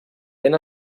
ben